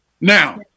Now